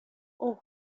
اوه